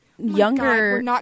Younger